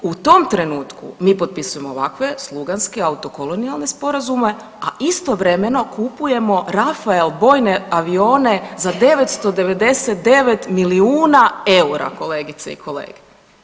U tom trenutku mi potpisujemo ovakve sluganske autokolonijalne sporazume, a istovremeno kupujemo Rafael bojne avione za 999 milijuna eura, kolegice i kolege.